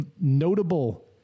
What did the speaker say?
notable